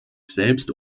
selbst